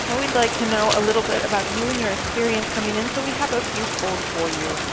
and we would like to know a little bit about you and your experience coming in so we have a few polls for you.